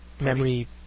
memory